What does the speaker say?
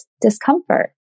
discomfort